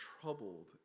troubled